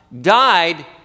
died